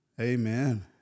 Amen